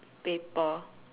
paper